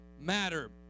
matter